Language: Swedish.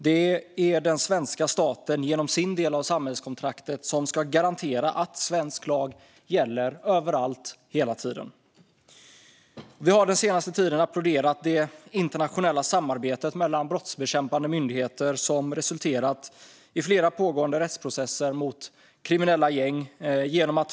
Det är den svenska staten som genom sin del av samhällskontraktet ska garantera att svensk lag gäller överallt, hela tiden. Vi har den senaste tiden applåderat det internationella samarbetet mellan brottsbekämpande myndigheter, som resulterat i flera pågående rättsprocesser mot kriminella gäng.